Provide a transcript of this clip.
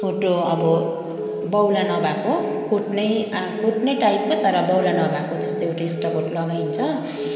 छोटो अब बौला नभएको कोट नै कोट नै टाइपको तर बौला नभएको जस्तै एउटा स्टकोट लगाइन्छ